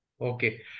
Okay